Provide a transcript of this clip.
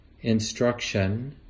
instruction